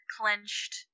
clenched